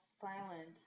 silent